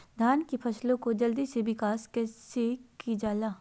धान की फसलें को जल्दी से विकास कैसी कि जाला?